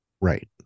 Right